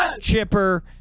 Chipper